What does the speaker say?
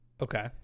okay